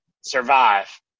survive